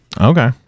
Okay